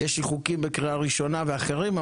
יש לי חוקים בקריאה ראשונה ואחרים,